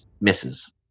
misses